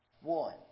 One